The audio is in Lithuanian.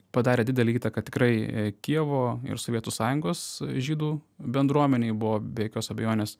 padarė didelę įtaką tikrai kijevo ir sovietų sąjungos žydų bendruomenei buvo be jokios abejonės